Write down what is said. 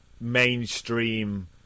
mainstream